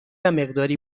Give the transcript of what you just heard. مقداری